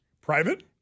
Private